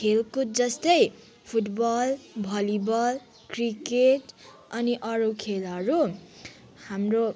खेलकुद जस्तै football volleyball cricket अनि अरू खेलहरू हाम्रो